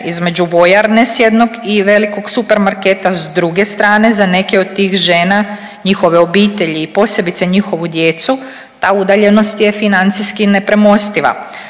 između vojarne s jednog i velikog supermarketa s druge strane za neke od tih žena, njihove obitelji i posebice njihovu djecu ta udaljenost je financijski nepremostiva.